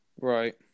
Right